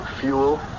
Fuel